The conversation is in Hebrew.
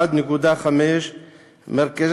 1.5 מיליון,